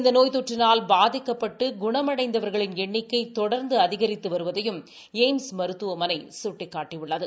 இந்த நோய் தொற்றினால் பாதிக்கப்பட்டு குணமடைந்தவர்கள் எண்ணிக்கை தொடர்ந்து அதிகித்து வருவதையும் எய்ம்ஸ் மருத்துவமனை சுட்டிக்காட்டியுள்ளது